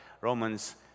Romans